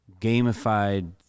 gamified